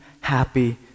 happy